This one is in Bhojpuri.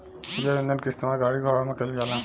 जैव ईंधन के इस्तेमाल गाड़ी घोड़ा में कईल जाला